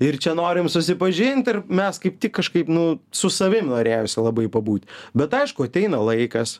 ir čia norim susipažint ir mes kaip tik kažkaip nu su savim norėjosi labai pabūt bet aišku ateina laikas